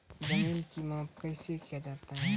जमीन की माप कैसे किया जाता हैं?